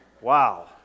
Wow